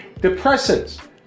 depressants